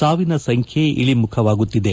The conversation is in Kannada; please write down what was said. ಸಾವಿನ ಸಂಖ್ಯೆ ಇಳಮುಖವಾಗುತ್ತಿದೆ